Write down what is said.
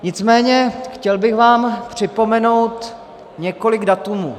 Nicméně chtěl bych vám připomenout několik dat.